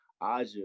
Aja